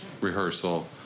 rehearsal